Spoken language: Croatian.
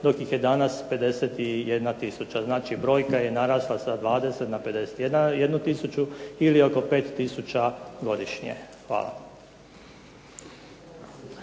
dok ih je danas 51000. Znači, brojka je narasla sa 20 na 51000 ili oko 5000 godišnje. Hvala.